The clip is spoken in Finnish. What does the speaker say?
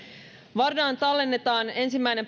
vardaan tallennetaan ensimmäinen